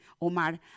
Omar